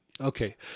Okay